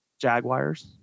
Jaguars